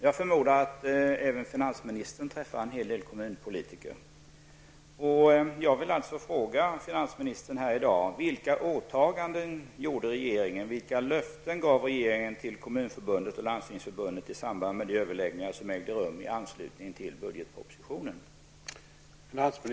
Jag förmodar att även finansministern träffar en hel del kommunalpolitiker.